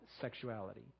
sexuality